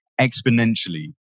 exponentially